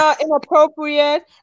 inappropriate